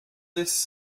this